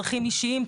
צרכים אישיים,